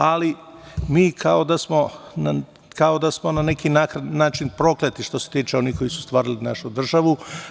Ali, mi kao da smo na neki način prokleti što se tiče onih koji su stvarali našu državu.